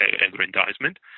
aggrandizement